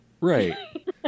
Right